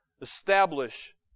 establish